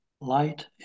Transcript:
light